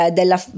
della